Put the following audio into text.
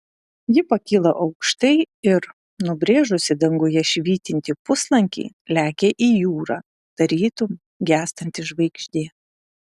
ji pakyla aukštai ir nubrėžusi danguje švytintį puslankį lekia į jūrą tarytum gęstanti žvaigždė